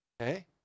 Okay